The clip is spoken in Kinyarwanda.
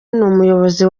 n’umuyobozi